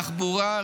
תחבורה,